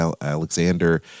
Alexander